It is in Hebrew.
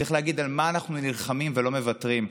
צריך להגיד על מה אנחנו נלחמים ולא מוותרים.